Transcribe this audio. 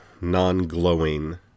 non-glowing